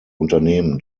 unternehmen